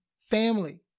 family